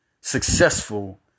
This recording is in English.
successful